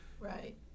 Right